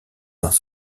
dans